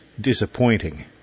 disappointing